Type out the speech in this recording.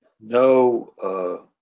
no